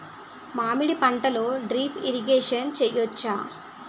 మామిడి పంటలో drip irrigation చేయచ్చా?